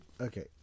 Okay